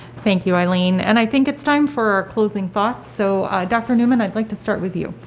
thank you eileen, and i think it's time for our closing thoughts so dr. newman i'd like to start with you.